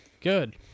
Good